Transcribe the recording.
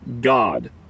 God